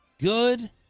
good